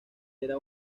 era